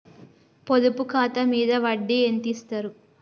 పొదుపు ఖాతా మీద వడ్డీ ఎంతిస్తరు?